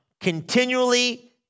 continually